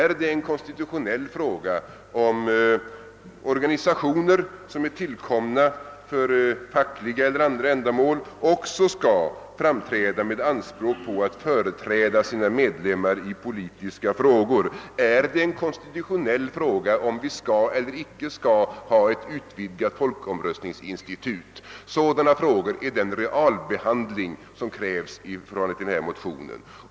Är det en konstitutionell fråga huruvida fackliga och andra organisationer skall kunna framträda med anspråk på att företräda sina medlemmar i Ppolitiska frågor? Är det en konstitutionell fråga, huruvida vi skall ha ett utvidgat folkomröstningsinstitut eller inte? Detta är den realbehandling vi krävt av utskottet.